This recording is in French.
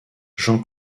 jean